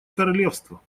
королевства